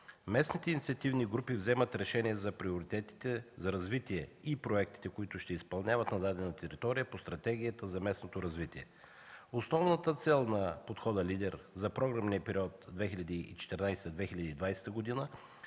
Местните инициативни групи вземат решение за приоритетите за развитие и проектите, които ще изпълняват на дадена територия, по Стратегията за местното развитие. Основната цел на подхода „Лидер” за програмния период 2014-2020 г.